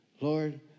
Lord